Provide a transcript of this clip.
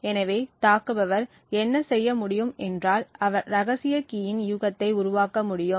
எனவே தாக்குபவர் என்ன செய்ய முடியும் என்றால் அவர் ரகசிய கீயின் யூகத்தை உருவாக்க முடியும்